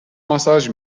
ماساژ